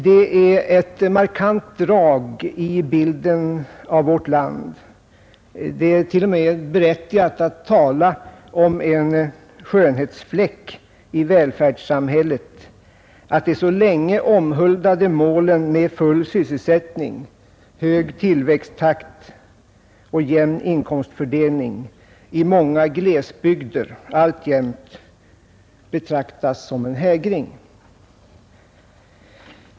Det är ett markant drag i bilden av vårt land — det är t.o.m. berättigat att tala om en skönhetsfläck i välfärdssamhället — att de så länge omhuldade målen full sysselsättning, hög tillväxttakt och jämn inkomstfördelning i många glesbygder alltjämt betraktas som en hägring.